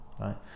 right